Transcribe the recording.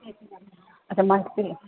मांखे